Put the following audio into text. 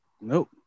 Nope